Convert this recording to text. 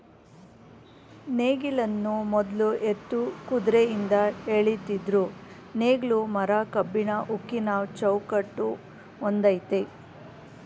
ನೇಗಿಲನ್ನು ಮೊದ್ಲು ಎತ್ತು ಕುದ್ರೆಯಿಂದ ಎಳಿತಿದ್ರು ನೇಗ್ಲು ಮರ ಕಬ್ಬಿಣ ಉಕ್ಕಿನ ಚೌಕಟ್ ಹೊಂದಯ್ತೆ